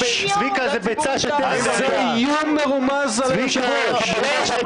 זה איום מרומז על היושב-ראש.